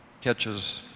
catches